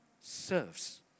serves